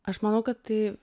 aš manau kad tai